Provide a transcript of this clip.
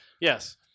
Yes